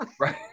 right